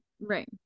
Right